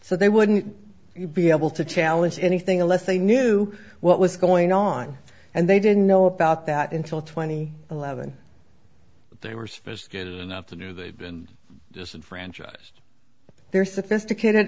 so they wouldn't be able to challenge anything unless they knew what was going on and they didn't know about that until twenty eleven but they were sophisticated enough to do they've been disenfranchised they're sophisticated